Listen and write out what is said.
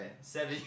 seven